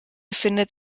findet